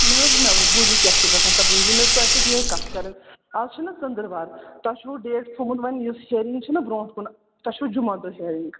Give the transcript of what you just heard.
نہٕ حظ نہ بوٗزِو کیٛاہ چھِ گژھان سَبریٖن جی مےٚ ٲس تۄہہِ سۭتۍ یِہٕے کَتھ کَرٕنۍ آز چھِنا ژٔندٕروار تۄہہِ چھُو ڈیٹ تھوٚمُت وَنہِ یُس ہِیَرِنٛگ چھِنا برٛونٛٹھ کُن تۄہہِ چھُو جمعہ دۄہ ہِیَرِنٛگ